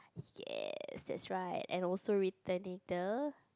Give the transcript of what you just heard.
yes that's right and also returning the